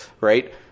Right